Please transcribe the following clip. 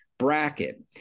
bracket